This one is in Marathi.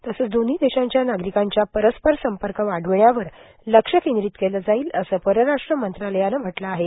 तसंच दोन्ही देशांच्या नागरिकांच्या परस्पर संपर्क वाढविण्यावर लक्ष केंद्रित केलं जाईल असं परराष्ट्र मंत्रालयानं म्हटलं आहे